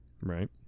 right